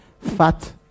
Fat